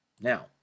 now